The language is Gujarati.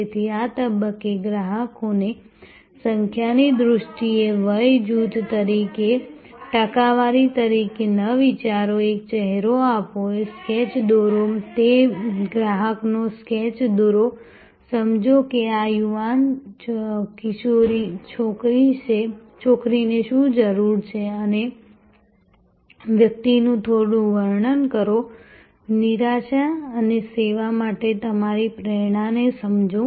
તેથી આ તબક્કે ગ્રાહકોને સંખ્યાની દ્રષ્ટિએ વય જૂથ તરીકે ટકાવારી તરીકે ન વિચારો એક ચહેરો આપો સ્કેચ દોરો તે ગ્રાહકનો સ્કેચ દોરો સમજો કે આ યુવાન કિશોરી છોકરીની શું જરૂર છે અને વ્યક્તિનું થોડું વર્ણન કરો નિરાશા અને સેવા માટે તમારી પ્રેરણાને સમજો